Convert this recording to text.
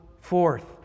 forth